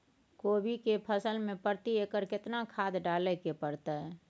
कोबी के फसल मे प्रति एकर केतना खाद डालय के परतय?